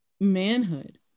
manhood